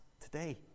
today